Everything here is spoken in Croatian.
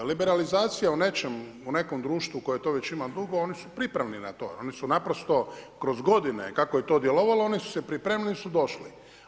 Liberalizacija u nekom društvu koje to već ima dugo oni su pripravni na to, oni su naprosto kroz godine kako se to djelovalo oni su se pripremili jel su došli.